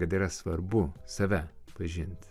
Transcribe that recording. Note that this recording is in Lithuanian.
kad yra svarbu save pažint